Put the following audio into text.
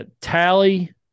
tally